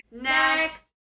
Next